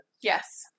Yes